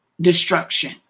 destruction